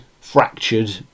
fractured